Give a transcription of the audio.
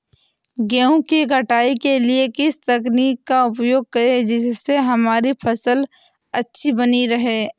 गेहूँ की कटाई के बाद किस तकनीक का उपयोग करें जिससे हमारी फसल अच्छी बनी रहे?